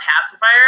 pacifier